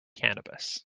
cannabis